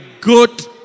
good